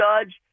Judge